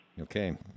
Okay